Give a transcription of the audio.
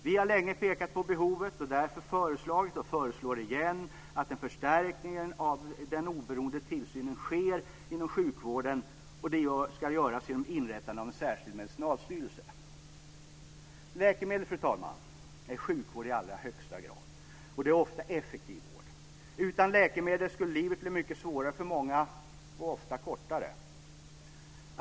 Vi har länge pekat på behovet och därför föreslagit och föreslår igen att en förstärkning av den oberoende tillsynen inom sjukvården sker genom inrättande av en särskild medicinalstyrelse. Läkemedel, fru talman, är sjukvård i allra högst grad, och det är ofta effektiv vård. Utan läkemedel skulle livet bli mycket svårare för många och ofta kortare.